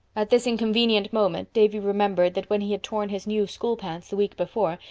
at this inconvenient moment davy remembered that when he had torn his new school pants the week before,